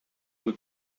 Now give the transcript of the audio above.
who